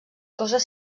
coses